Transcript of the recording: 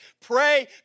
pray